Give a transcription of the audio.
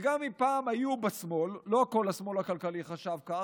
וגם אם פעם היו בשמאל, לא כל השמאל הכלכלי חשב כך,